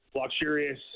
luxurious